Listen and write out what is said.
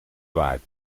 waard